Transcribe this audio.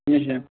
کہیٖنۍ